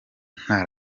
nta